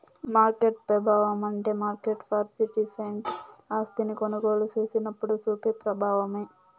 market పెబావమంటే market participant ఆస్తిని కొనుగోలు సేసినప్పుడు సూపే ప్రబావమే